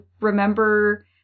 remember